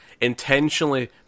intentionally